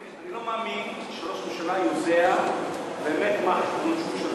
אני לא מאמין שראש הממשלה יודע באמת מה החשבונות.